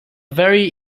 very